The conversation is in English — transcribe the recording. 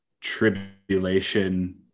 tribulation